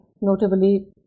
notably